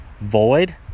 void